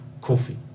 coffee